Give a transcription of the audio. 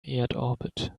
erdorbit